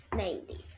ninety